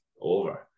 over